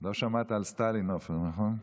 לא שמעת על סטלין, עופר, נכון?